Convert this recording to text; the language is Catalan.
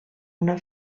una